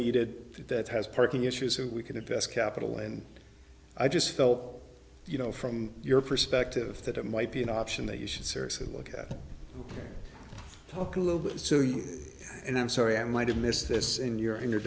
needed that has parking issues so we can invest capital and i just felt you know from your perspective that it might be an option that you should seriously look at talk a little bit so you and i'm sorry i might have missed this in your in